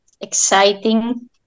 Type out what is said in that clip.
exciting